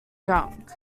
drunk